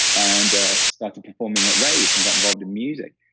and ah started performing at raves and got involved in music.